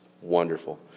wonderful